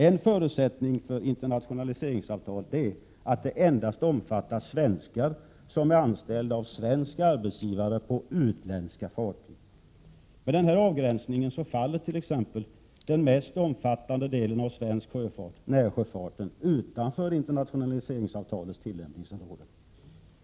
En förutsättning för internationaliseringsavtal är emellertid att det endast omfattar svenskar som är anställda av svensk arbetsgivare på utländska fartyg. Med denna avgränsning faller t.ex. den mest omfattande delen av svensk sjöfart, närsjöfarten, utanför internationaliseringsavtalets tillämpningsområde.